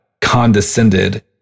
condescended